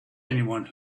anyone